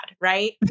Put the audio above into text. Right